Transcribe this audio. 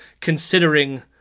considering